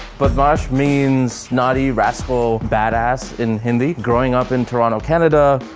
badmaash means naughty, rascal, bad ass in hindi. growing up in toronto, canada,